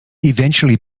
eventually